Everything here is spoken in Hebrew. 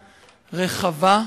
רחבה,